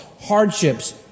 hardships